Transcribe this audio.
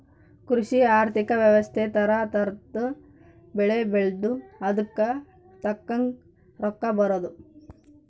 ಕೃಷಿ ಆರ್ಥಿಕ ವ್ಯವಸ್ತೆ ತರ ತರದ್ ಬೆಳೆ ಬೆಳ್ದು ಅದುಕ್ ತಕ್ಕಂಗ್ ರೊಕ್ಕ ಬರೋದು